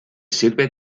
sirve